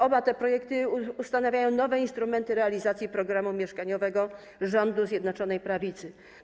Oba te projekty ustanawiają nowe instrumenty realizacji programu mieszkaniowego rządu Zjednoczonej Prawicy.